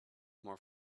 more